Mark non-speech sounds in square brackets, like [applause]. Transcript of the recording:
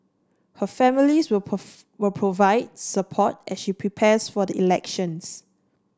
her families will [unintelligible] will provide support as she prepares for the elections